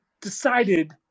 decided